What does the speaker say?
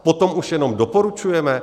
Potom už jenom doporučujeme?